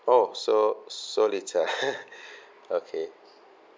oh so so little okay